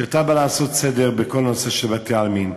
שאתה בא לעשות סדר בכל הנושא של בתי-העלמין.